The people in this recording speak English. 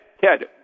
Ted